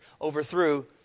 overthrew